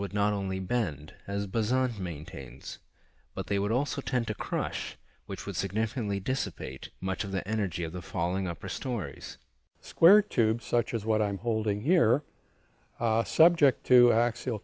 would not only bend as bizarre maintains but they would also tend to crush which would significantly dissipate much of the energy of the falling upper stories square tube such as what i'm holding here subject to a